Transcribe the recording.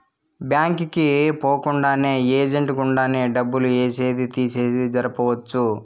bank కి పోకుండానే agent గుండానే డబ్బులు ఏసేది తీసేది జరపొచ్చు